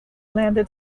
landed